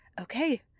okay